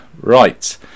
right